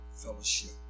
fellowship